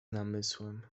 namysłem